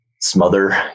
smother